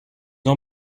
ont